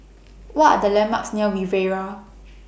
What Are The landmarks near Riviera